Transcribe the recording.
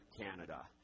Canada